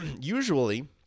usually